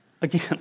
Again